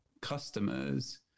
customers